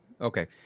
Okay